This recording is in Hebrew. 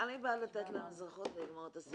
אני בעד לתת להם אזרחות ולגמור את הסיפור.